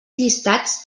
llistats